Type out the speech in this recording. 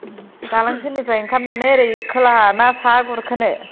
दालां सेरनिफ्राय ओंखारनानै ओरै खोलाहाना साहा गुरखोनो